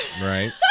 right